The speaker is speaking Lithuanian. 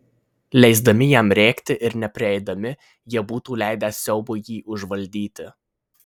leisdami jam rėkti ir neprieidami jie būtų leidę siaubui jį užvaldyti